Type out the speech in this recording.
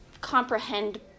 comprehend